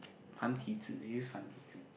繁体字 they use 繁体字